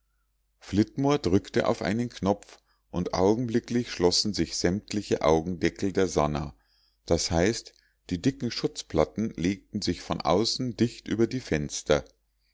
flitmore drückte auf einen knopf und augenblicklich schlossen sich sämtliche augendeckel der sannah das heißt die dicken schutzplatten legten sich von außen dicht über die fenster